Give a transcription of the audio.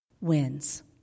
wins